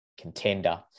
contender